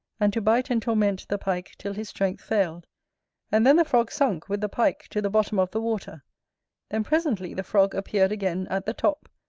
and to bite and torment the pike till his strength failed and then the frog sunk with the pike to the bottom of the water then presently the frog appeared again at the top,